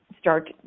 start